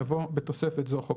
יבוא (בתוספת זו, חוק